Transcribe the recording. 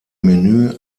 menü